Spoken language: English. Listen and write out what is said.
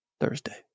Thursday